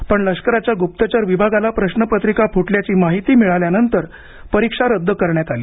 पण लष्कराच्या गुप्तचर विभागाला प्रश्नपत्रिका फुटल्याची माहिती मिळाल्यांनतर परीक्षा रद्द करण्यात आली